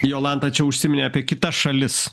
jolanta čia užsiminė apie kitas šalis